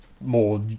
More